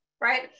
right